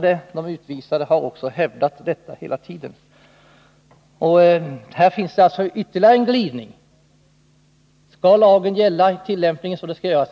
De utvisade har också hela tiden hävdat detta. Här finns alltså ytterligare en glidning. Skall tillämpningen av lagen gälla